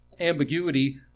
Ambiguity